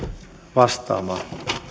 vastaamaan